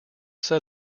set